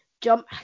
jump